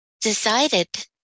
decided